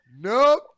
Nope